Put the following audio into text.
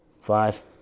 five